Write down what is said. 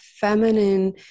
feminine